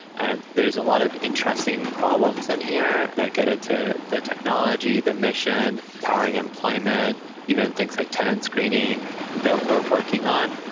and there's a lot of interesting problems in here that get into the technology, the mission, powering employment even things like tenant screening that we're working on,